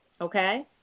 Okay